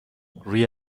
روی